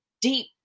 deep